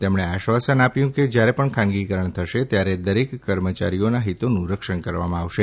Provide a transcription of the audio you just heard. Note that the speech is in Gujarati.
તેમણે આશ્વાસન આપ્યું કે જ્યારે પણ ખાનગીકરણ થશે ત્યારે દરેક કર્મચારીના હિતોનું રક્ષણ કરવામાં આવશે